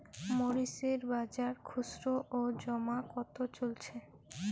মরিচ এর বাজার খুচরো ও জমা কত চলছে?